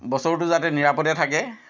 বছৰটো যাতে নিৰাপদে থাকে